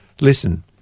listen